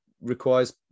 requires